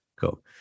Cool